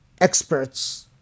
experts